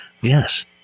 Yes